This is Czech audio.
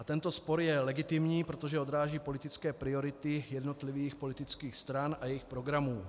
Tento spor je legitimní, protože odráží politické priority jednotlivých politických stran a jejich programů.